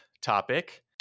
topic